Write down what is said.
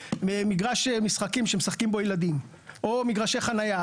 מגרש משחקים שמשחקים בו ילדים או מגרשי חניה,